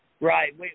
Right